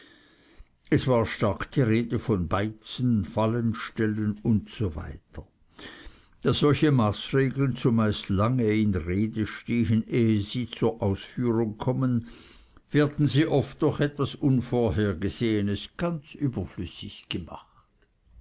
es war stark die rede von beizen fallenstellen usw da solche maßregeln zumeist lange in rede stehen ehe sie zur ausführung kommen werden sie oft durch etwas unvorhergesehenes ganz überflüssig gemacht